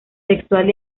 sexual